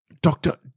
Doctor